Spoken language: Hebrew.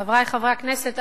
חברי חברי הכנסת,